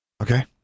okay